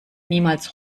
niemals